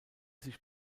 sich